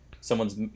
someone's